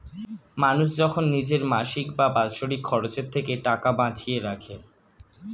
মানুষ যখন নিজের মাসিক বা বাৎসরিক খরচের থেকে টাকা বাঁচিয়ে রাখে